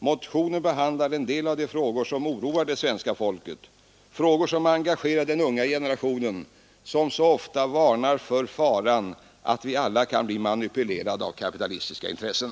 Motionen behandlar en del av de frågor som oroar det svenska folket, frågor vilka engagerar den unga generationen som så ofta varnar för faran att vi alla kan bli manipulerade av kapitalistiska intressen.